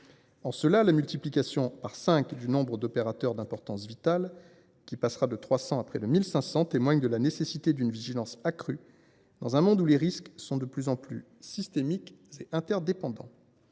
égard, la multiplication par cinq du nombre d’opérateurs d’importance vitale, qui passera de 300 à près de 1 500, est révélatrice de la nécessité d’une vigilance accrue, dans un monde où les risques sont de plus en plus systémiques et interdépendants.